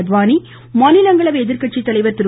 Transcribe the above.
அத்வானி மாநிலங்களவை எதிர்கட்சித்தலைவர் திரு